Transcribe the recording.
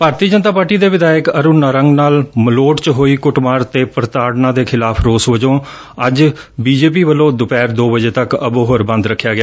ਭਾਰਤੀ Janata Party ਦੇ ਵਿਧਾਇਕ ਅਰੁਣ ਨਾਰੰਗ ਨਾਲ ਮਲੋਟ ਚ ਹੋਈ ਕੁੱਟਮਾਰ ਤੇ ਪ੍ਰਤਾਤਨਾ ਦੇ ਖਿਲਾਫ਼ ਰੋਸ ਵਜੋ ਅੱਜ ਬੀਜੇਪੀ ਵੱਲੋ ਦੁਪਹਿਰ ਦੋ ਵਜੇ ਤੱਕ ਅਬੋਹਰ ਬੰਦ ਰੱਖਿਆ ਗਿਆ